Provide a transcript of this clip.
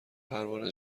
پروانه